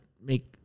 make